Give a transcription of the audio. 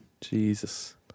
Jesus